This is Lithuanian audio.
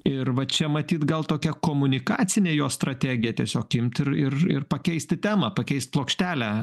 ir va čia matyt gal tokia komunikacinė jo strategija tiesiog imt ir ir ir pakeisti temą pakeist plokštelę